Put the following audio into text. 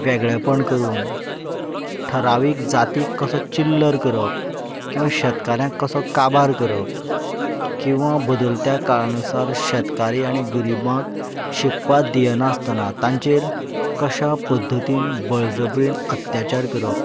वेगळेपण करून ठरावीक जातीक कसो चिल्लर करप किंवा शेतकाऱ्याक कसो काबार करप किंवा बदलत्या काळानुसार शेतकारी आनी गरिबाक शिकपा दियनास्तना तांचेर कश्या पद्दतीन बळजबरीन अत्याचार करप